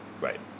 Right